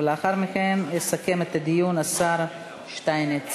ולאחר מכן יסכם את הדיון השר שטייניץ.